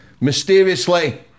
mysteriously